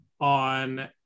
on